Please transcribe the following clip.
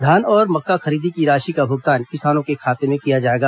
धान और मक्का खरीदी की राशि का भुगतान किसानों के खातों में किया जाएगा